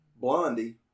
Blondie